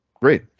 great